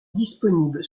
disponible